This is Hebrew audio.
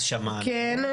אז שמענו,